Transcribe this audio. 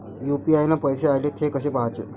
UPI न पैसे आले, थे कसे पाहाचे?